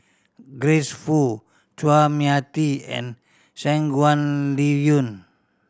Grace Fu Chua Mia Tee and Shangguan Liuyun